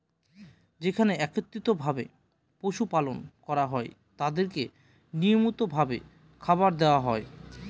যেখানে একত্রিত ভাবে পশু পালন করা হয় তাদেরকে নিয়মিত ভাবে খাবার দেওয়া হয়